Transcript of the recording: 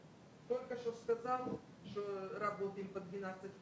אבל כולם יודעים: כשאני משתולל אני משתולל.